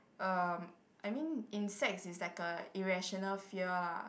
um I mean insects is like a irrational fear lah